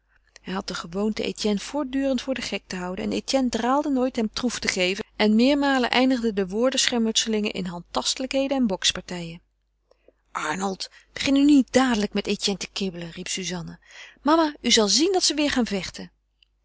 hij had de gewoonte etienne voortdurend voor den gek te houden en etienne draalde nooit hem troef te geven en meermalen eindigden de woordenschermutselingen in handtastelijkheden en bokspartijen arnold begin nu niet dadelijk met etienne te kibbelen riep suzanne mama u zal zien dat ze weêr gaan vechten